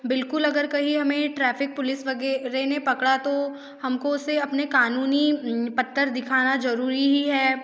बिल्कुल अगर कही हमें ट्रैफ़िक पुलिस वग़ैरह ने पकड़ा तो हम को उसे अपने क़ानूनी पत्र दिखाना ज़रूरी ही है